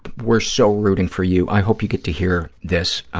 but we're so rooting for you. i hope you get to hear this.